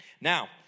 Now